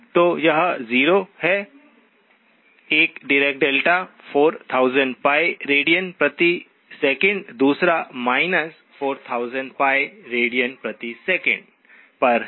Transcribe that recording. तो यह 0 है 1 डिराक डेल्टा 4000π रेडियन प्रति सेकंड दूसरा 4000π रेडियन प्रति सेकंड पर हैं